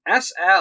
SL